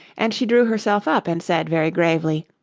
and she drew herself up and said, very gravely,